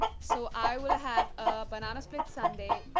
so i will have ah banana split sundae.